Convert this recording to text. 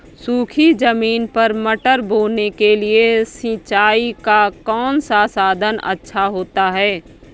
सूखी ज़मीन पर मटर बोने के लिए सिंचाई का कौन सा साधन अच्छा होता है?